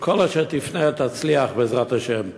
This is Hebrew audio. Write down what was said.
שכל אשר תפנה, תצליח בעזרת השם.